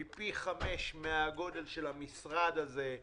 היא פי 5 מהגודל של המשרד הזה.